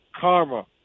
karma